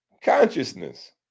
consciousness